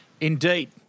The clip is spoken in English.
Indeed